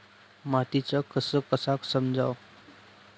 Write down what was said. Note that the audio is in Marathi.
मातीचा कस कसा समजाव?